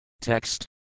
Text